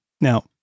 Now